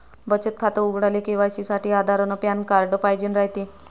बचत खातं उघडाले के.वाय.सी साठी आधार अन पॅन कार्ड पाइजेन रायते